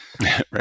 Right